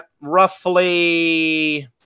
roughly